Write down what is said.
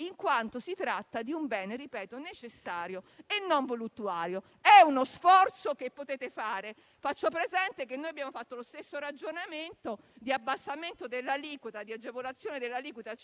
in quanto si tratta di un bene - ripeto - necessario e non voluttuario. È uno sforzo che potete fare. Faccio presente che abbiamo fatto lo stesso ragionamento di abbassamento dell'aliquota e di aliquota agevolata al 5